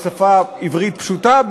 בעברית פשוטה,